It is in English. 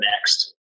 next